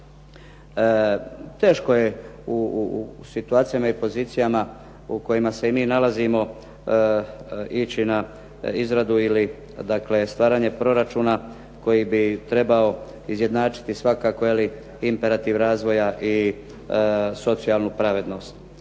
Teško u situacijama i pozicijama u kojima se i mi nalazimo ići na izradu ili dakle stvaranje proračuna koji bi trebao izjednačiti svakako imperativ razvoja i socijalnu pravednost.